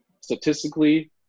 Statistically